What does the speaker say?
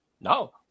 no